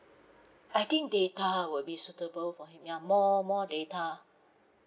I think data would be suitable for him ya more more data